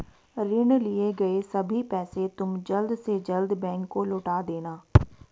ऋण लिए गए सभी पैसे तुम जल्द से जल्द बैंक को लौटा देना